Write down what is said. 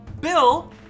Bill